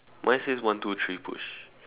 mine says one two three push